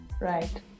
Right